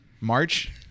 March